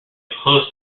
have